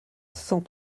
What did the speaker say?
cent